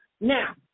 Now